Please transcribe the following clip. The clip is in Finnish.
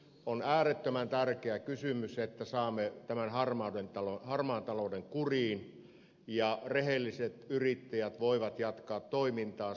on äärettömän tärkeä kysymys että saamme harmaan talouden kuriin ja rehelliset yrittäjät voivat jatkaa toimintaansa